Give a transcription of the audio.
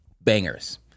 bangers